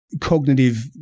cognitive